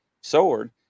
sword